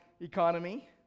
economy